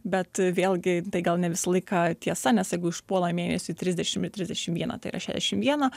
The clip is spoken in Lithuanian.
bet vėlgi tai gal ne visą laiką tiesa nes jeigu išpuola mėnesiui trisdešimt ir trisdešimt viena tai yra šešiasdešimt viena